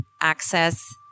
access